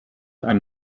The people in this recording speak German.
ein